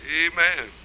amen